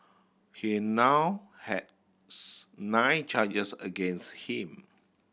he now has nine charges against him